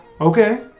Okay